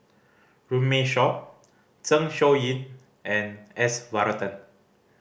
Runme Shaw Zeng Shouyin and S Varathan